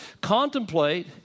contemplate